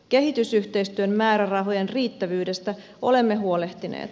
kehitysyhteistyön määrärahojen riittävyydestä olemme huolehtineet